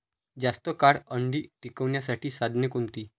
जास्त काळ अंडी टिकवण्यासाठी साधने कोणती?